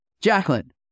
Jacqueline